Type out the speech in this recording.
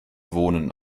wohnen